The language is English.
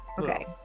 Okay